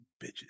bitches